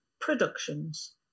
productions